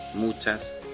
Muchas